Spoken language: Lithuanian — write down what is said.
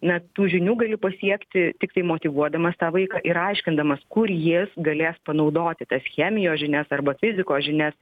na tų žinių gali pasiekti tiktai motyvuodamas tą vaiką ir aiškindamas kur jis galės panaudoti tas chemijos žinias arba fizikos žinias